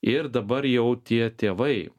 ir dabar jau tie tėvai